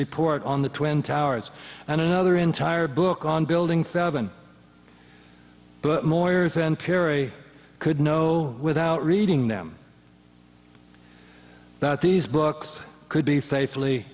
report on the twin towers and another entire book on building seven more years and perry could know without reading them that these books could be safely